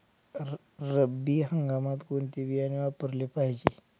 रब्बी हंगामात कोणते बियाणे वापरले पाहिजे?